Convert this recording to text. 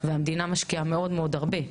והמדינה משקיעה מאוד מאוד הרבה.